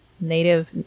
native